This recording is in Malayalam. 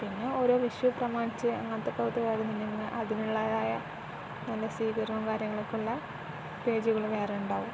പിന്നെ ഓരോ വിഷു പ്രമാണിച്ചു അങ്ങനത്തെ അതിനുള്ളതായ നല്ല സീകരണവും കാര്യങ്ങളൊക്കെയുള്ള പേജുകൾ വേറെ ഉണ്ടാവും